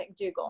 McDougall